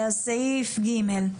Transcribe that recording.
אז סעיף (ג).